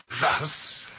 thus